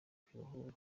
kwibohora